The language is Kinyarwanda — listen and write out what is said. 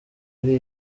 ari